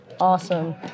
Awesome